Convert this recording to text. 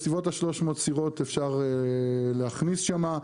בסביבות 300 דירות אפשר להכניס שם.